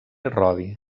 rodi